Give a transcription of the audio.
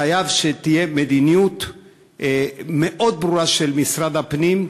חייבת להיות מדיניות מאוד ברורה של משרד הפנים,